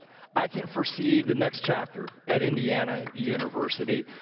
i can foresee the next chapter at indiana university.